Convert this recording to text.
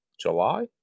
july